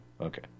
Okay